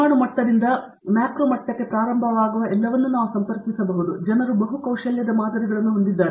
ಪರಮಾಣು ಮಟ್ಟದಿಂದ ಮ್ಯಾಕ್ರೋ ಮಟ್ಟಕ್ಕೆ ಪ್ರಾರಂಭವಾಗುವ ಎಲ್ಲವನ್ನೂ ನಾವು ಸಂಪರ್ಕಿಸಬಹುದು ಜನರು ಬಹು ಕೌಶಲ್ಯದ ಮಾದರಿಗಳನ್ನು ಹೊಂದಿದ್ದಾರೆ